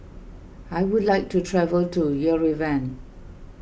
I would like to travel to Yerevan